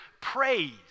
praise